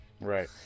Right